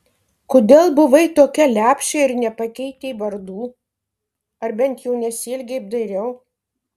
kodėl buvai tokia lepšė ir nepakeitei vardų ar bent jau nesielgei apdairiau